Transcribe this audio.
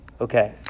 Okay